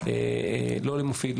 לא למופיד,